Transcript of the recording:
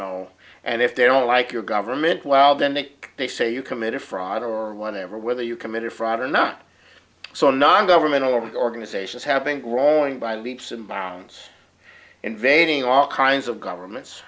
know and if they don't like your government well then they they say you committed fraud or whatever whether you committed fraud or not so non governmental organizations have been growing by leaps and bounds invading all kinds of governments